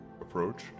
approach